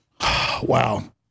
Wow